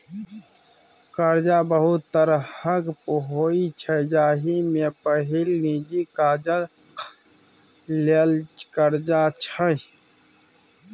करजा बहुत तरहक होइ छै जाहि मे पहिल निजी काजक लेल करजा छै